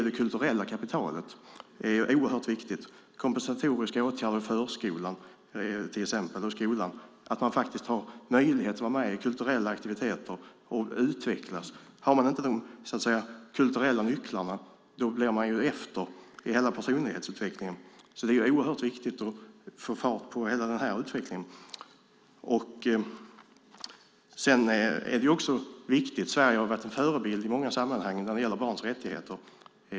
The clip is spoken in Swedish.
Det kulturella kapitalet är oerhört viktigt, till exempel kompensatoriska åtgärder i förskolan och skolan så att barn har möjligheter att vara med i kulturella aktiviteter och utvecklas. Har man inte de kulturella nycklarna blir man efter i hela personlighetsutvecklingen. Det är oerhört viktigt att få fart på en sådan utveckling. Sverige har varit en förebild i många sammanhang när det gäller barns rättigheter.